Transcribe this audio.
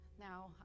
Now